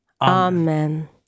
Amen